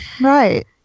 right